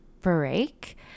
break